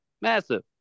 Massive